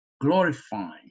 glorifying